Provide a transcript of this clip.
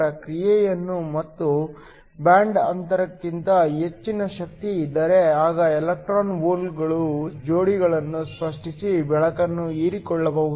ನಾವು ಹೇಳಿದ್ದು ಬೆಳಕಿನ ಶಕ್ತಿಯು ಬ್ಯಾಂಡ್ ಅಂತರಕ್ಕಿಂತ ಕಡಿಮೆಯಿದ್ದರೆ ಅದು ಹೀರಿಕೊಳ್ಳುವುದಿಲ್ಲ ಮತ್ತು ಬ್ಯಾಂಡ್ ಅಂತರಕ್ಕಿಂತ ಹೆಚ್ಚಿನ ಶಕ್ತಿ ಇದ್ದರೆ ಆಗ ಎಲೆಕ್ಟ್ರಾನ್ ಹೋಲ್ ಜೋಡಿಗಳನ್ನು ಸೃಷ್ಟಿಸಿ ಬೆಳಕನ್ನು ಹೀರಿಕೊಳ್ಳಬಹುದು